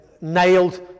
nailed